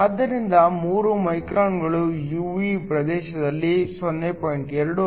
ಆದ್ದರಿಂದ 3 ಮೈಕ್ರಾನ್ಗಳು UV ಪ್ರದೇಶದಲ್ಲಿ 0